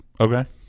Okay